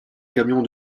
camion